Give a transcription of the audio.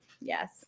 Yes